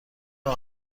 راه